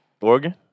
Oregon